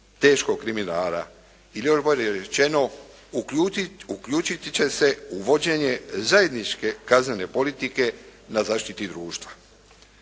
teškog kriminala, ili još bolje rečeno, uključiti će se uvođenje zajedničke kaznene politike na zaštiti društva.